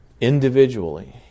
individually